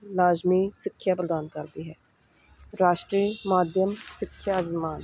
ਲਾਜ਼ਮੀ ਸਿੱਖਿਆ ਪ੍ਰਦਾਨ ਕਰਦੀ ਹੈ ਰਾਸ਼ਟਰੀ ਮਾਧਿਅਮ ਸਿੱਖਿਆ ਅਭਿਮਾਨ